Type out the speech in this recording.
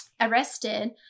arrested